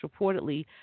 reportedly